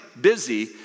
busy